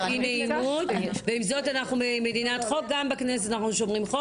אנחנו נגיע לזה.